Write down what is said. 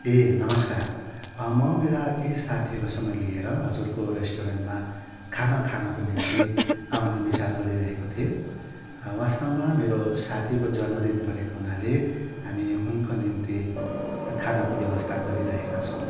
ए नमस्कार म मेरा केही साथीहरूसँग लिएर हजुरको रेस्टुरेन्टमा खाना खानको निम्ति आउने विचार गरिरहेको थिएँ वास्तवमा मेरो साथीको जन्मदिन परेको हुनाले हामी उनको निम्ति खानाको व्यवस्था गरिरहेका छौँ